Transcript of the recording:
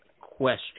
question